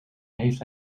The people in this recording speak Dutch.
heeft